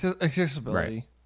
Accessibility